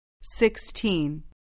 Sixteen